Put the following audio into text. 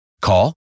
Call